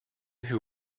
who